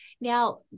now